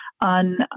on